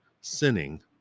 sinning